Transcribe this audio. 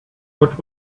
what